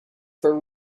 for